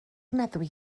meddwi